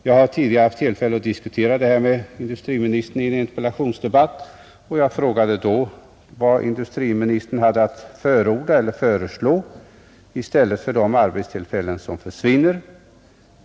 Jag har tidigare haft tillfälle att diskutera detta med industriministern i en interpellationsdebatt, och jag frågade då vad industriministern hade att föreslå som ersättning för de arbetstillfällen som försvinner från Halland.